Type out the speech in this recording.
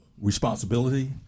responsibility